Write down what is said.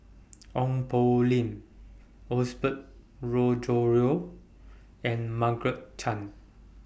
Ong Poh Lim Osbert Rozario and Margaret Chan